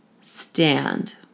stand